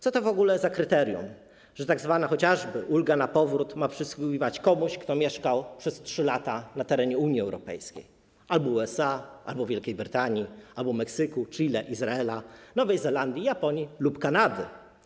Co to w ogóle za kryterium, że chociażby tzw. ulga na powrót ma przysługiwać komuś, kto mieszkał przez 3 lata na terenie Unii Europejskiej albo USA, albo Wielkiej Brytanii, albo Meksyku, Chile, Izraela, Nowej Zelandii, Japonii lub Kanady?